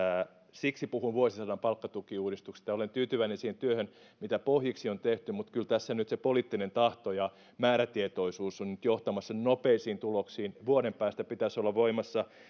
siksi puhun vuosisadan palkkatukiuudistuksesta olen tyytyväinen siihen työhön mitä pohjiksi on tehty mutta kyllä tässä nyt se poliittinen tahto ja määrätietoisuus ovat johtamassa nopeisiin tuloksiin vuoden päästä pitäisi olla voimassa on